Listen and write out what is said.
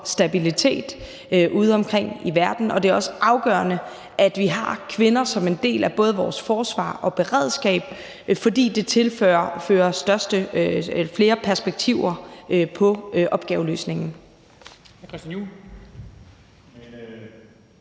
stabilitet udeomkring i verden, og det er også afgørende, at vi har kvinder som en del af både vores forsvar og beredskab, fordi det tilfører flere perspektiver på opgaveløsningen.